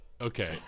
okay